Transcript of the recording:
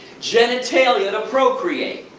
genitalia to procreate,